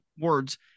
words